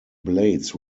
blades